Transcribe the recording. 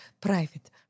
private